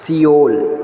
Seoul